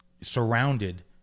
surrounded